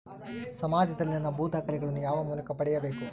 ಸಮಾಜದಲ್ಲಿ ನನ್ನ ಭೂ ದಾಖಲೆಗಳನ್ನು ಯಾವ ಮೂಲಕ ಪಡೆಯಬೇಕು?